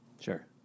Sure